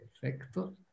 perfecto